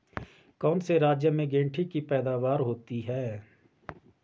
कौन से राज्य में गेंठी की पैदावार होती है?